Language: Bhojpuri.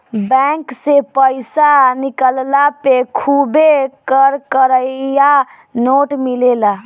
बैंक से पईसा निकलला पे खुबे कड़कड़िया नोट मिलेला